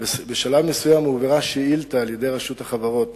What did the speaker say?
הועברה שאילתא על-ידי רשות החברות